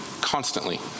constantly